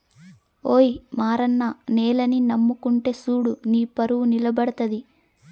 ఓయి మారన్న నేలని నమ్ముకుంటే సూడు నీపరువు నిలబడతది